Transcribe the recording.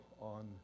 on